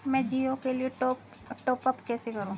मैं जिओ के लिए टॉप अप कैसे करूँ?